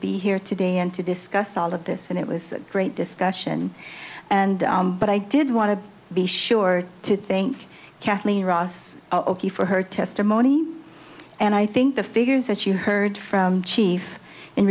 be here today and to discuss all of this and it was a great discussion and but i did want to be sure to think kathleen ross o'keefe for her testimony and i think the figures that you heard from chief in